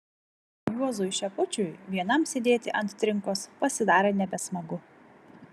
juozui šepučiui vienam sėdėti ant trinkos pasidarė nebesmagu